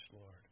Lord